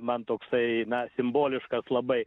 man toksai na simboliškas labai